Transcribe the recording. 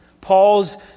Paul's